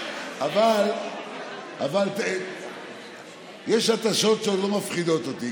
אבל יש התשות שלא מפחידות אותי,